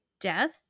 death